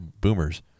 boomers